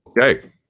Okay